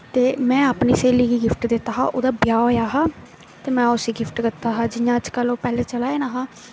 ते में अपनी स्हेली गी गिफ्ट दित्ता हा ओह्दा ब्याह् होएआ हा ते में उसी गिफ्ट दित्ता हा जियां पैह्लें अज्ज कल ओह् चला दा तुं'दे